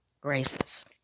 graces